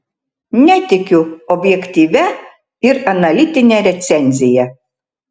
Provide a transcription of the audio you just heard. netikiu objektyvia ir analitine recenzija